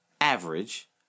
average